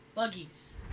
Buggies